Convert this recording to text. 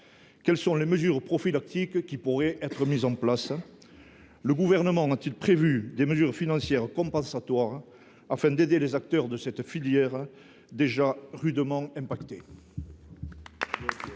Quelles mesures prophylactiques pourraient elles être mises en place ? Le Gouvernement a t il prévu des mesures financières compensatoires afin d’aider les acteurs de cette filière bovine déjà rudement éprouvée ?